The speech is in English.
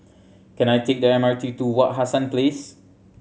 can I take the M R T to Wak Hassan Place